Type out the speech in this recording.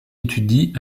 étudie